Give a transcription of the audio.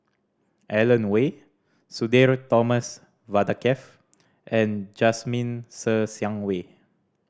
Alan Oei Sudhir Thomas Vadaketh and Jasmine Ser Xiang Wei